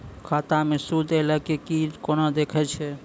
खाता मे सूद एलय की ने कोना देखय छै?